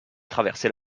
traverser